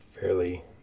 Fairly